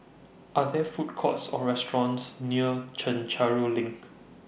Are There Food Courts Or restaurants near Chencharu LINK